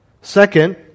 Second